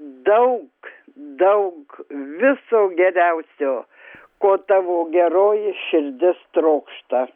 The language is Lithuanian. daug daug viso geriausio ko tavo geroji širdis trokšta